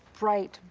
bright,